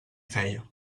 feia